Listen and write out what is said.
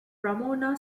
ramona